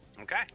Okay